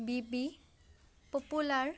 বিবি popular